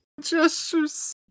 gestures